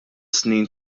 snin